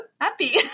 happy